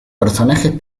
personajes